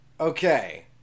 okay